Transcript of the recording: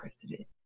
president